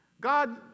God